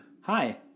Hi